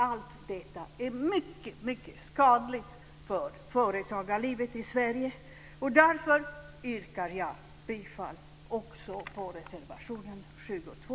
Allt detta är mycket skadligt för företagarlivet i Sverige. Därför yrkar jag bifall också till reservationerna 7 och 2.